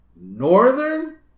Northern